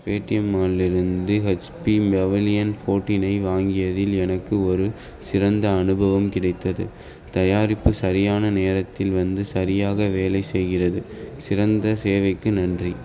Paytm மால்லிருந்து HP Pavilion ஃபோர்ட்டினை வாங்கியதில் எனக்கு ஒரு சிறந்த அனுபவம் கிடைத்தது தயாரிப்பு சரியான நேரத்தில் வந்து சரியாக வேலை செய்கிறது சிறந்த சேவைக்கு நன்றி